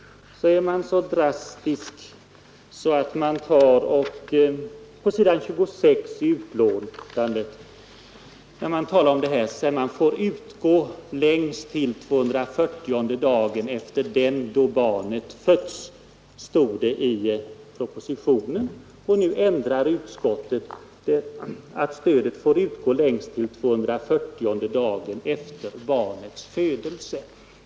Utskottet är då verkligen drastiskt. Stödet ”——— får utgå längst till tvåhundrafyrtionde dagen efter den då barnet fötts”, stod det i propositionen. Utskottet ändrar nu detta till: ”——— får utgå längst till tvåhundrafyrtionde dagen efter barnets födelse”.